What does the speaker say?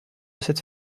cette